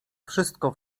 wszystko